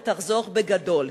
ותחזור בגדול.